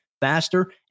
faster